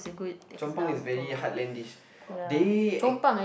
Chong pang is very heartlandish they act~